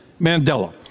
Mandela